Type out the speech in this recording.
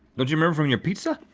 don't you remember from your pizza?